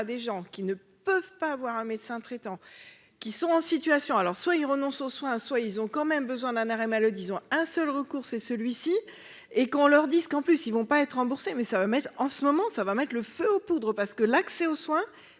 des gens qui ne peuvent pas avoir un médecin traitant qui sont en situation, alors soit ils renoncent aux soins, soit ils ont quand même besoin d'un arrêt mal disons un seul recours c'est celui-ci et qu'on leur dise qu'en plus, ils vont pas être remboursé mais ça va mettre en ce moment ça va mettre le feu aux poudres parce que l'accès aux soins,